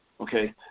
okay